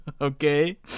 okay